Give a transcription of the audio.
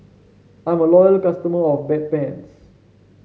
I'm a loyal customer of Bedpans